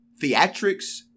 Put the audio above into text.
theatrics